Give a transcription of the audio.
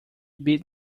beat